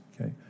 okay